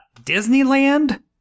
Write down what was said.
Disneyland